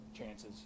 chances